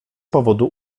powodu